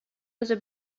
other